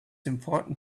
important